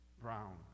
brown